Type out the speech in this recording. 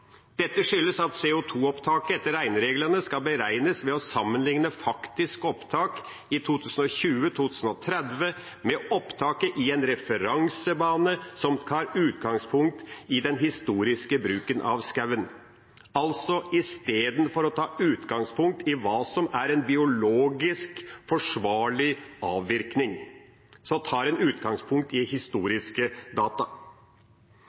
Dette skyldes at CO 2 -opptaket etter regnereglene skal beregnes ved å sammenligne faktisk opptak i 2020–2030 med opptaket i en referansebane som tar utgangspunkt i den historiske bruken av skogen. Altså: I stedet for å ta utgangspunkt i hva som er en biologisk forsvarlig avvirkning, tar en utgangspunkt i historiske data.